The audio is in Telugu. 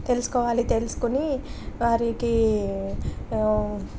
తెలుసుకోవాలి తెలుసుకుని వారికి